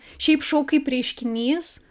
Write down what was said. šiaip šou kaip reiškinys